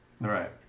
Right